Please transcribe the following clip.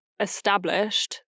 established